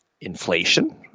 inflation